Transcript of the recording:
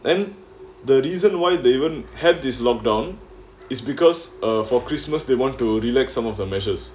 and the reason why they even had this lockdown is because uh for christmas they want to relax some of the measures